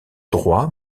droit